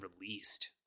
released